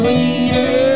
Leader